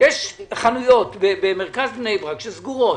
יש חנויות במרכז בני ברק שסגורות.